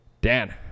Dan